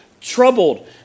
troubled